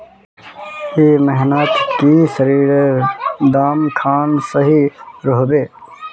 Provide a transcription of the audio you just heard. ए महीनात की सरिसर दाम खान सही रोहवे?